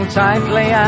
tightly